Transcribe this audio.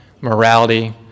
morality